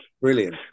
Brilliant